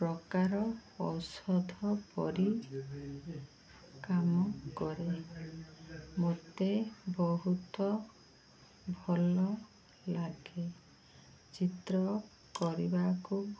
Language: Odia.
ପ୍ରକାର ଔଷଧ ପରି କାମ କରେ ମୋତେ ବହୁତ ଭଲ ଲାଗେ ଚିତ୍ର କରିବାକୁ